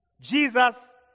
Jesus